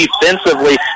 defensively